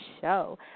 show